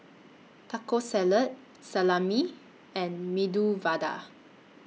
Taco Salad Salami and Medu Vada